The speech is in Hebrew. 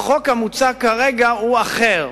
החוק המוצע כרגע הוא אחר,